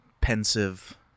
pensive